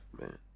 man